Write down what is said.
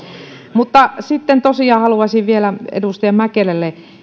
mutta sitten tosiaan haluaisin vielä edustaja mäkelälle kommentoida